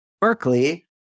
Berkeley